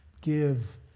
Give